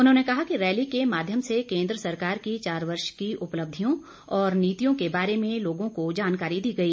उन्होंने कहा कि रैली के माध्यम से केन्द्र सरकार की चार वर्ष की उपलब्धियों और नीतियों के बारे में लोगों को जानकारी दी गई